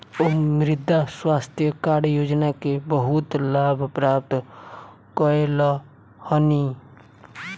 ओ मृदा स्वास्थ्य कार्ड योजना के बहुत लाभ प्राप्त कयलह्नि